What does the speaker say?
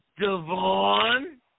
Devon